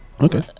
okay